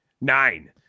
Nine